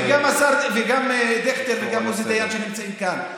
וגם השר וגם דיכטר וגם עוזי דיין, שנמצאים כאן: